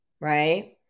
Right